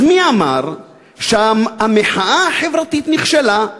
אז מי אמר שהמחאה החברתית נכשלה?